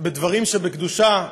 בדברים שבקדושה,